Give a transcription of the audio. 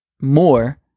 more